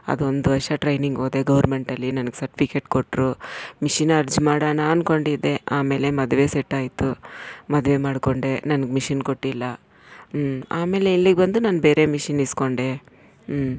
ಅದೊಂದು ವರ್ಷ ಟ್ರೈನಿಂಗೋದೆ ಗೌರ್ಮೆಂಟಲ್ಲಿ ನನಗೆ ಸರ್ಟಿಫಿಕೇಟ್ ಕೊಟ್ಟರು ಮಿಷಿನ್ ಅರ್ಜಿ ಮಾಡೋಣ ಅಂದ್ಕೊಂಡಿದ್ದೆ ಆಮೇಲೆ ಮದುವೆ ಸೆಟ್ಟಾಯಿತು ಮದುವೆ ಮಾಡಿಕೊಂಡೆ ನನಗೆ ಮಿಷಿನ್ ಕೊಟ್ಟಿಲ್ಲ ಹ್ಞೂ ಆಮೇಲೆ ಇಲ್ಲಿಗೆ ಬಂದು ನಾನು ಬೇರೆ ಮಿಷಿನ್ ಈಸ್ಕೊಂಡೆ ಹ್ಞೂ